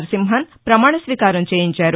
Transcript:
నరసింహన్ ప్రమాణస్వీకారం చేయించారు